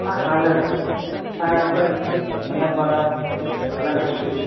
હા હાલર હાપન નનાપાળા બ્લાઈંડ સ્કૂલ